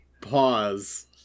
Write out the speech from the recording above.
pause